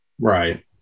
Right